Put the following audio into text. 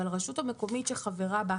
והרשות המקומית שחברה בה,